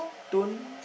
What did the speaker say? tone